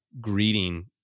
greeting